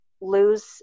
lose